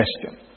question